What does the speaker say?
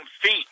feet